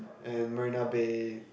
and marina bay